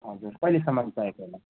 हजुर कहिलेसम्म चाहिएको होला